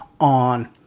on